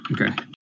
Okay